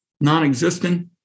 non-existent